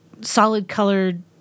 solid-colored